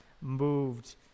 moved